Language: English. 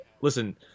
listen